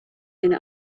been